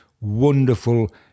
wonderful